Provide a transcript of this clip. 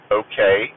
okay